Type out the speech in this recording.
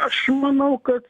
aš manau kad